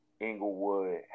Englewood